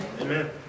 Amen